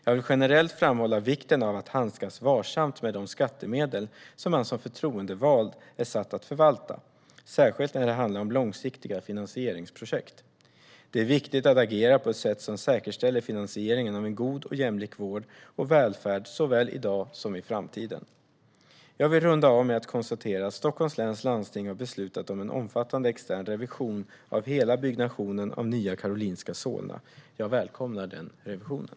Jag vill generellt framhålla vikten av att handskas varsamt med de skattemedel som man som förtroendevald är satt att förvalta, särskilt när det handlar om långsiktiga finansieringsprojekt. Det är viktigt att agera på ett sätt som säkerställer finansieringen av en god och jämlik vård och välfärd såväl i dag som i framtiden. Jag vill runda av med att konstatera att Stockholms läns landsting har beslutat om en omfattande extern revision av hela byggnationen av Nya Karolinska Solna. Jag välkomnar den revisionen.